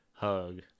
hug